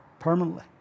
Permanently